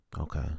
Okay